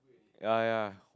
ya ya